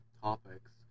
Topics